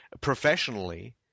professionally